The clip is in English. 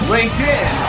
LinkedIn